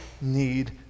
need